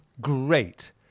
great